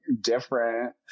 different